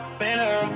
better